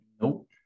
Nope